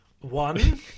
One